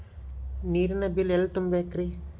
ನೇರಿನ ಬಿಲ್ ಎಲ್ಲ ತುಂಬೇಕ್ರಿ?